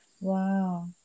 wow